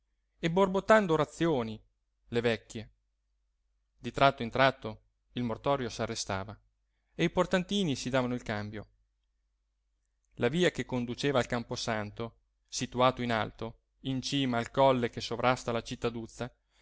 e borbottando orazioni le vecchie di tratto in tratto il mortorio s'arrestava e i portantini si davano il cambio la via che conduceva al camposanto situato in alto in cima al colle che sovrasta la cittaduzza